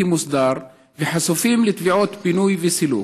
מוסדר וחשופים לתביעות פינוי וסילוק.